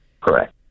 Correct